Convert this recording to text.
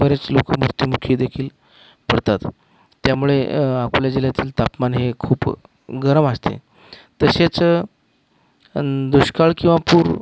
बरेच लोकं मृत्युमुखीदेखील पडतात त्यामुळे आपल्या जिल्ह्यातील तापमान हे खूप गरम असते तसेच दुष्काळ किंवा पूर